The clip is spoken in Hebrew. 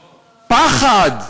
פחד.